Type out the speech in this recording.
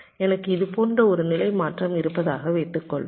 எனக்கு இது போன்ற ஒரு நிலை மாற்றம் இருப்பதாக வைத்துக் கொள்வோம்